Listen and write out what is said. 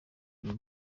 vuba